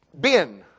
bin